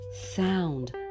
sound